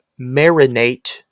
marinate